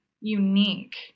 unique